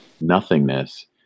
nothingness